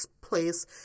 place